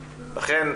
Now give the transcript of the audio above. לכן,